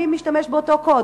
מי משתמש באותו קוד,